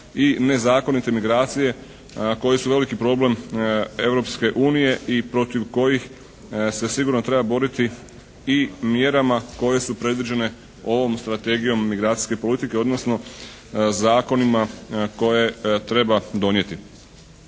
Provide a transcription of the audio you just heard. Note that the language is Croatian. i nezakonite migracije koje su veliki problem Europske unije i protiv kojih se sigurno treba boriti i mjerama koje su predviđene ovom strategijom migracijske politike odnosno zakonima koje treba donijeti.